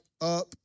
up